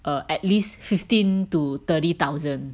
err at least fifteen to thirty thousand